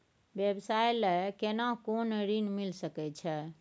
व्यवसाय ले केना कोन ऋन मिल सके छै?